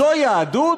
זו יהדות?